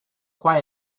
staring